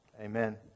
amen